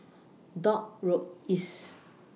Dock Road East